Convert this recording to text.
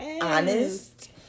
honest